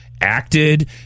acted